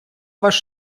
ваш